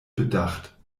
bedacht